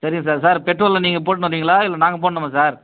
சரிங்க sir sir petrol நீங்கள் போட்டுன்னு வரீங்களா இல்லை நாங்கள் போடணுமா சார்